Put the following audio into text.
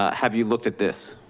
ah have you looked at this?